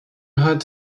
hutt